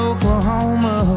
Oklahoma